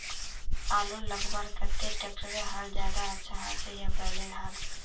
आलूर लगवार केते ट्रैक्टरेर हाल ज्यादा अच्छा होचे या बैलेर हाल?